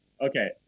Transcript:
Okay